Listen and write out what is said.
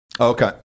Okay